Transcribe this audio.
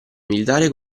militare